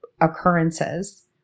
occurrences